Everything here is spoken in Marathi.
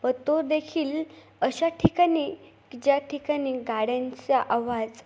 व तो देखील अशा ठिकाणी की ज्या ठिकाणी गाड्यांचा आवाज